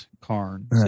Karn